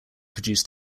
produce